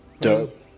Dope